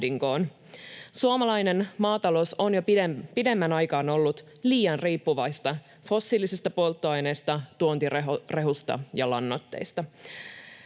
Suomalainen maatalous on jo pidemmän aikaa ollut liian riippuvaista fossiilisista polttoaineista, tuontirehusta ja lannoitteista.